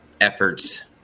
efforts